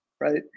right